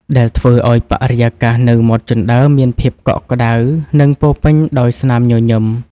ដែលធ្វើឱ្យបរិយាកាសនៅមាត់ជណ្ដើរមានភាពកក់ក្តៅ និងពោរពេញដោយស្នាមញញឹម។